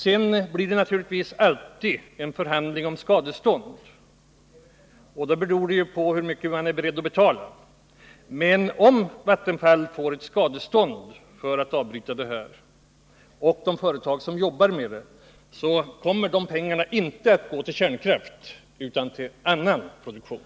Det blir då oundvikligt att ta upp en förhandling om skadestånd, och dess resultat blir beroende av hur mycket man är beredd att betala. Om Vattenfall och de företag som arbetar med utbyggnaden får ett skadestånd för att avbryta den, kommer de pengarna inte att gå till kärnkraft utan till annan produktion.